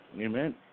Amen